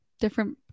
different